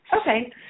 Okay